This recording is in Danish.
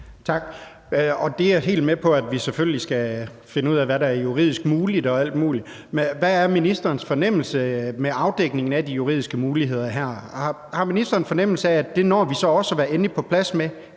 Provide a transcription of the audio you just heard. Tak. Jeg er helt med på, at vi selvfølgelig skal finde ud af, hvad der er juridisk muligt, og alt muligt. Men hvad er ministerens fornemmelse i forhold til afdækningen af de juridiske muligheder her? Har ministeren en fornemmelse af, at det når vi så også at være endelig på plads med,